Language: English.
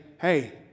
hey